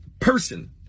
person